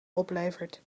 oplevert